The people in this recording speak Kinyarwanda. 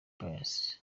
pius